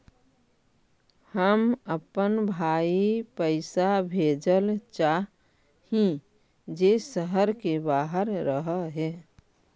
हम अपन भाई पैसा भेजल चाह हीं जे शहर के बाहर रह हे